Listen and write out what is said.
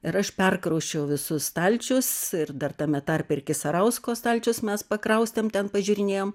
ir aš perkrausčiau visus stalčius ir dar tame tarpe ir kisarausko stalčius mes pakraustėm ten pažiūrinėjom